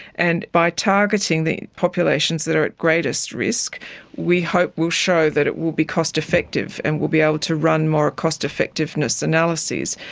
and by targeting the populations that are at greatest risk we hope we will show that it will be cost effective, and we'll be able to run more cost effectiveness analyses.